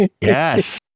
Yes